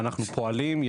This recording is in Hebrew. אנחנו פועלים,